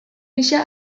gisa